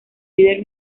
líder